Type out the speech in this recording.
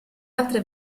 altre